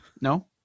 No